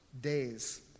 days